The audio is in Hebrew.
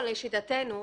לשיטתנו,